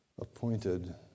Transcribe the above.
appointed